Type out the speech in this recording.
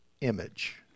image